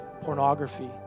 pornography